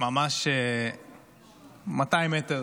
ממש 200 מטר